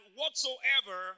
whatsoever